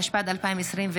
התשפ"ד 2024,